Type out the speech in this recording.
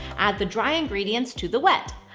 add the dry ingredients to the wet.